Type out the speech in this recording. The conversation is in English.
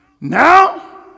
Now